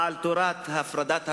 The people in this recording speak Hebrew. בעל תורת הפרדת הרשויות,